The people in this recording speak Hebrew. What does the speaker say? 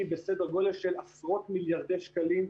בסדר גודל של עשרות מיליארדי שקלים.